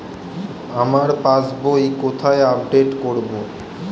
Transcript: আমার passbook কোথায় update করব?